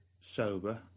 sober